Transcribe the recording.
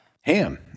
Ham